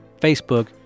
Facebook